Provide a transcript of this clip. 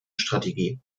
strategie